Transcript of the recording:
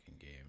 game